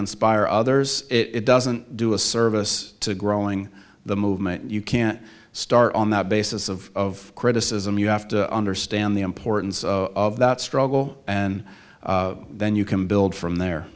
inspire others it doesn't do a service to growing the movement you can't start on that basis of criticism you have to understand the importance of that struggle and then you can build from there